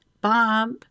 Bob